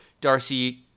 Darcy